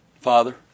Father